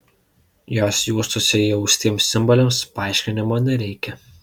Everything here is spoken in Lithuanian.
jos juostose įaustiems simboliams paaiškinimo nereikia